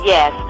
Yes